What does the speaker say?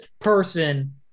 person